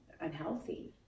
unhealthy